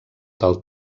del